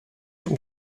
from